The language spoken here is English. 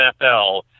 NFL